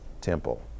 temple